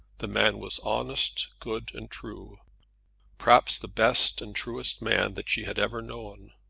the man was honest, good, and true perhaps the best and truest man that she had ever known.